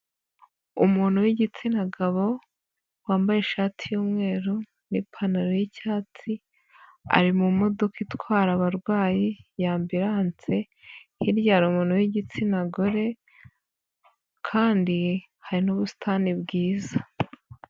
Umuntu w'igitsina gabo, wambaye ishati y'umweru n'ipantaro y'icyatsi, ari mu modoka itwara abarwayi y'ambilanse, hirya hari umuntu w'igitsina gore kandi hari n'ubusitani bwiza.